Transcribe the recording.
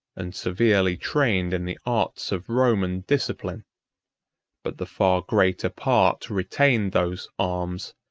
and severely trained in the arts of roman discipline but the far greater part retained those arms,